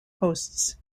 hosts